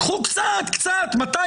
קחו קצת, קצת.